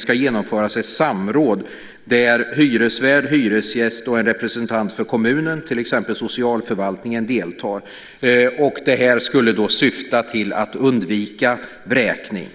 - ska genomföras ett samråd där hyresvärd, hyresgäst och en representant för kommunen, till exempel socialförvaltningen, deltar. Detta skulle syfta till att undvika vräkning.